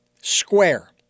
square